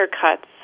cuts